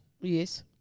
Yes